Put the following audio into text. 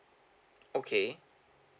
okay